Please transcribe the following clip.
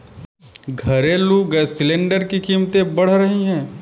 घरेलू gas cylinder की कीमतें बढ़ रही है